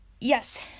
yes